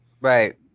Right